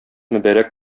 мөбарәк